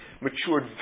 matured